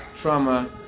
trauma